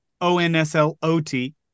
O-N-S-L-O-T